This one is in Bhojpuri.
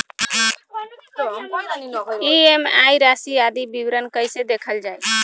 ई.एम.आई राशि आदि पर विवरण कैसे देखल जाइ?